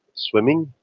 swimming.